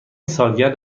سالگرد